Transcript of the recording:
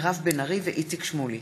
מירב בן ארי ואיציק שמולי,